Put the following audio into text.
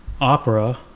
Opera